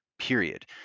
period